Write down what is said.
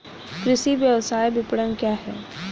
कृषि व्यवसाय विपणन क्या है?